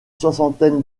soixantaine